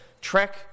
trek